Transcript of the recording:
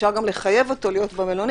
אפשר גם לחייב אותו להיות במלונית,